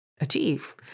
achieve